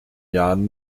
jahren